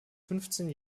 fünfzehn